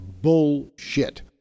bullshit